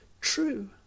true